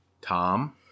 tom